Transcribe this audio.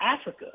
Africa